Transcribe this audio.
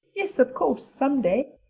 yes, of course, someday.